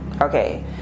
okay